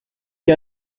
que